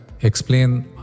explain